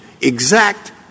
exact